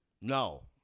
No